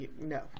no